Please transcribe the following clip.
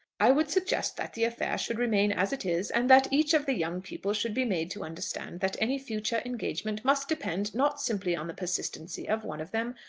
i would suggest that the affair should remain as it is, and that each of the young people should be made to understand that any future engagement must depend, not simply on the persistency of one of them,